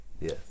Yes